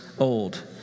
old